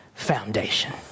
foundation